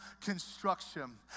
construction